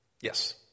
Yes